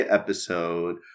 episode